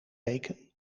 weken